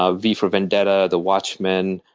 ah v for vendetta, the watchmen,